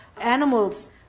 animals